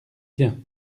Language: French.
bien